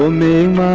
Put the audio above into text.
um name,